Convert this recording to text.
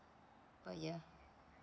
per year